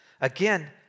Again